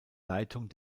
leitung